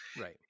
Right